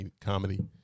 comedy